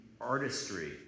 artistry